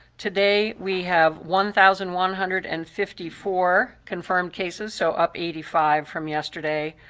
today, we have one thousand one hundred and fifty four confirmed cases, so up eighty five from yesterday.